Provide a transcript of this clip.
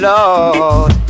Lord